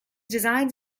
designs